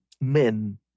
men